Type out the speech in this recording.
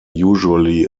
usually